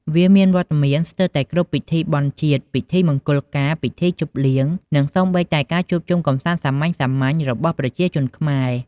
វាមានវត្តមានស្ទើរតែគ្រប់ពិធីបុណ្យជាតិ ពិធីមង្គលការ ពិធីជប់លៀង និងសូម្បីតែការជួបជុំកម្សាន្តសាមញ្ញៗរបស់ប្រជាជនខ្មែរ។